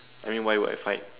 I mean why would I fight